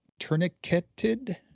tourniqueted